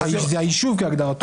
אלא היישוב כהגדרתו.